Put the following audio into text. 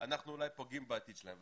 אנחנו אולי פוגעים בעתיד שלהם.